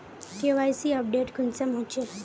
KYC update कुंसम होचे?